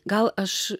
gal aš